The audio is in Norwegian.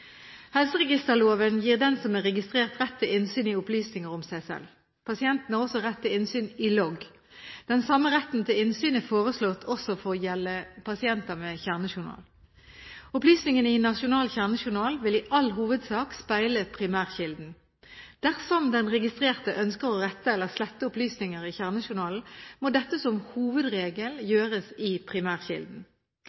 Helseregisterloven gir den som er registrert, rett til innsyn i opplysninger om seg selv. Pasienten har også rett til innsyn i logg. Den samme retten til innsyn er foreslått også å gjelde pasienter med kjernejournal. Opplysningene i nasjonal kjernejournal vil i all hovedsak speile primærkilden. Dersom den registrerte ønsker å rette eller slette opplysninger i kjernejournalen, må dette som hovedregel